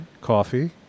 Coffee